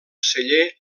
celler